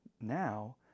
now